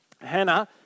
Hannah